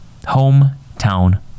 Hometown